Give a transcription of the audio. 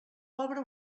pobre